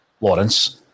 Lawrence